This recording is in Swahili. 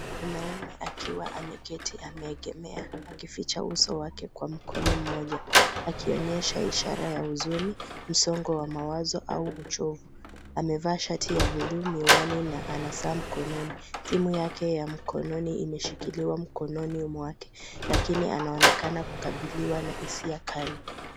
Mwanaume akiwa ameketi ameegemea akificha uso wake kwa mkono mmoja, akionyesha ishara ya huzuni, msongo wa mawazo au uchovu. Amevaa shati ya bluu, miwani na ana saa mkononi. Simu yake ya mkononi imeshikiliwa mkononi mwake, lakini anaonekana kukabiliwa na hisia kali.